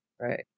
Right